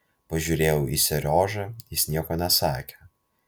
pažiūrėjau į seriožą jis nieko nesakė